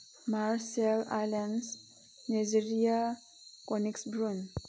martial ꯑꯥꯏꯂꯦꯟꯁ Nigeria ꯀꯣꯅꯤꯛꯁ ꯕ꯭ꯔꯨꯟ